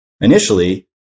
initially